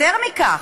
יותר מכך,